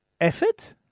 effort